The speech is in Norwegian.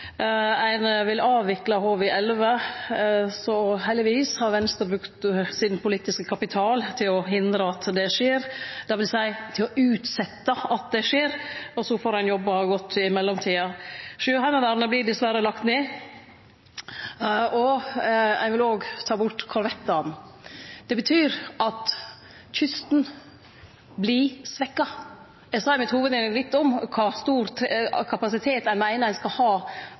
ein vil avvikle HV-11. Heldigvis har Venstre brukt den politiske kapitalen sin til å hindre at det skjer, dvs. til å utsetje at det skjer, og så får ein jobbe godt i mellomtida. Sjøheimevernet vert dessverre lagt ned, og ein vil òg ta bort korvettane. Det betyr at kysten vert svekt. Eg sa litt i hovudinnlegget mitt om kor stor kapasitet ein meiner ein skal ha